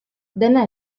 dena